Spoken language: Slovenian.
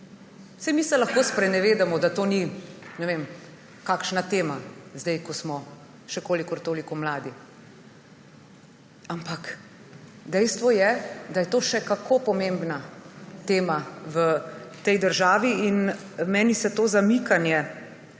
Saj mi se lahko sprenevedamo, da to ni ne vem kakšna tema zdaj, ko smo še kolikor toliko mladi, ampak dejstvo je, da je to še kako pomembna tema v tej državi. Meni se to zamikanje